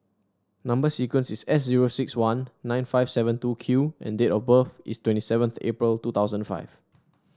number sequence is S zero six one nine five seven two Q and date of birth is twenty seventh April two thousand five